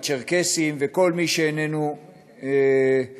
הצ'רקסים וכל מי שאיננו יהודי.